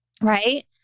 right